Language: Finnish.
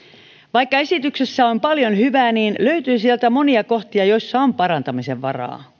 vaikka esityksessä on paljon hyvää niin löytyi sieltä kuitenkin monia kohtia joissa on parantamisen varaa